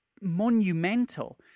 monumental